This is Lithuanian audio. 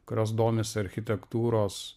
kurios domisi architektūros